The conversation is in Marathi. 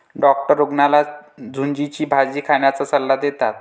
डॉक्टर रुग्णाला झुचीची भाजी खाण्याचा सल्ला देतात